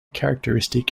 characteristic